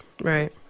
Right